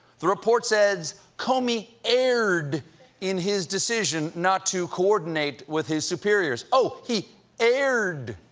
the report says, comey erred in his decision not to coordinate with his superiors. oh! he erred?